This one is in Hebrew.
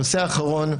הנושא האחרון,